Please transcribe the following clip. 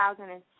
2006